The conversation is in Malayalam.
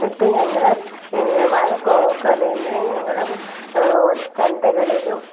ഇട്ട് ഞങ്ങൾ വാഴ കോവക്ക അത് ഞങ്ങള് ചന്തകളിലും